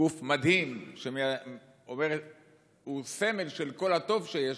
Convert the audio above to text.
גוף מדהים שהוא סמל של כל הטוב שיש